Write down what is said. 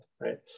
right